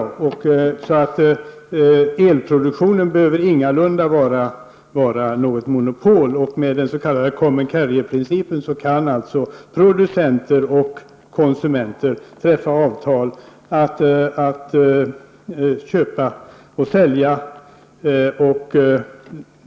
Elproduktionen behöver ingalunda vara något monopol. Med den s.k. common carrier-principen kan producenter och konsumenter träffa avtal om att köpa och sälja.